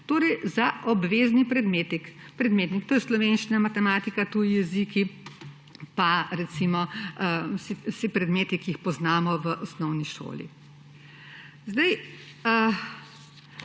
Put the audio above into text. torej za obvezni predmetnik, to je slovenščina, matematika, tuji jeziki in vsi predmeti, ki jih poznamo v osnovni šoli. Gospa